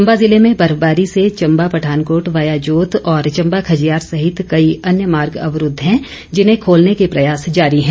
चंबा जिले में बर्फबारी से चंबा पठानकोट वाया जोत और चंबा खजियार सहित कई अन्य मार्ग अवरूद्व हैं जिन्हें खोलने के प्रयास जारी हैं